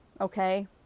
Okay